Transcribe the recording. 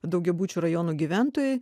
daugiabučių rajonų gyventojai